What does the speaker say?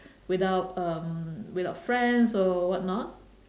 without um without friends or whatnot